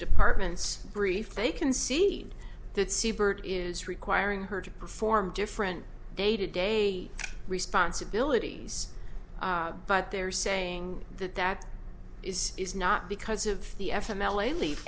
department's brief they concede that siebert is requiring her to perform different day to day responsibilities but they're saying that that is is not because of the f m l a leave